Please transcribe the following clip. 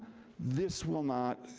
this will not,